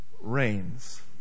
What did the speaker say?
reigns